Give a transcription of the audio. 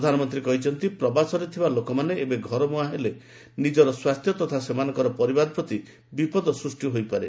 ପ୍ରଧାନମନ୍ତ୍ରୀ କହିଛନ୍ତି ପ୍ରବାସରେ ଥିବା ଲୋକମାନେ ଏବେ ଘରମୁହାଁ ହେଲେ ନିଜର ସ୍ୱାସ୍ଥ୍ୟ ତଥା ସେମାନଙ୍କର ପରିବାର ପ୍ରତି ବିପଦ ସ୍ପଷ୍ଟି ହୋଇପାରେ